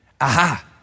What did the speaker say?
Aha